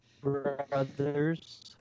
brothers